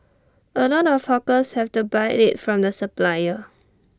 A lot of hawkers have to buy IT from the supplier